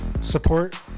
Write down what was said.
support